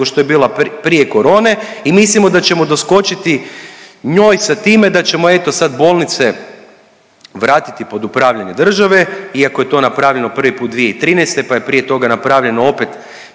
što je bila prije korone i mislim da ćemo doskočiti njoj sa time da ćemo eto sad bolnice vratiti pod upravljanje države, iako je to napravljeno prvi put 2013., pa je prije toga napravljeno opet